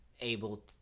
able